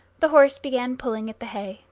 the horse began pulling at the hay,